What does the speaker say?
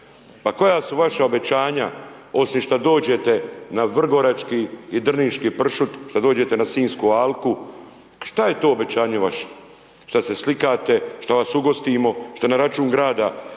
Pa koja su vaša obećanja osim što dođete na vrgorački i drniški pršut, šta dođete na Sinjsku alku, šta je to obećanje vaše, šta se slikate, šta vas ugostimo, šta na račun grada